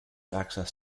access